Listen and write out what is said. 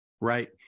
Right